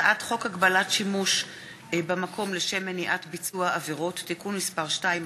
הצעת חוק הגבלת שימוש במקום לשם מניעת ביצוע עבירות (תיקון מס' 2),